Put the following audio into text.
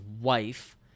wife